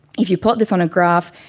if you plot this on a graph,